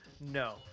no